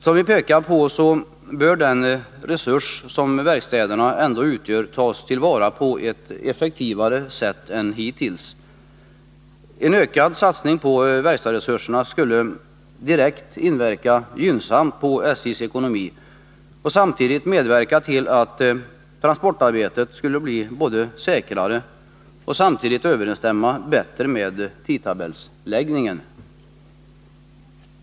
Som vi pekar på bör den resurs som verkstäderna utgör tas till vara på ett effektivare sätt än hittills. En ökad satsning på verkstadsrörelsen skulle direkt inverka gynnsamt på SJ:s ekonomi och samtidigt medverka till att transportarbetet blev säkrare, och bättre överensstämde med tidtabellsläggningen.